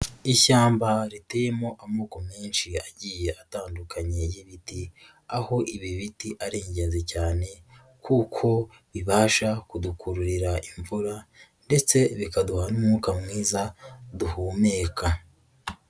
Ishyamba riteyemo amoko menshi agiye atandukanye y'ibiti ,aho ibi biti ari ingenzi cyane kuko bibasha kudukururira imvura ,ndetse bikaduha n'umwuka mwiza duhumeka.